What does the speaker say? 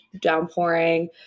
downpouring